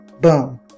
boom